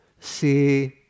see